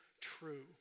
true